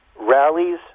rallies